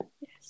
Yes